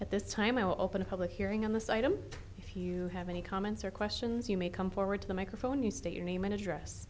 at this time i'll open a public hearing on the site i'm here you have any comments or questions you may come forward to the microphone you state your name and address